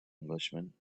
englishman